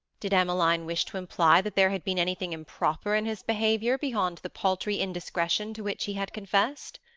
did emmeline wish to imply that there had been anything improper in his behaviour beyond the paltry indiscretion to which he had confessed?